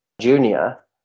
junior